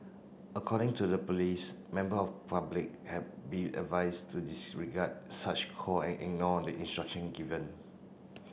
according to the police member of public have be advised to disregard such call and ignore the instruction given